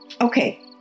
Okay